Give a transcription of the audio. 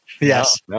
Yes